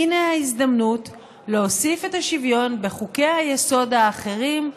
הינה ההזדמנות להוסיף את השוויון בחוקי-היסוד האחרים,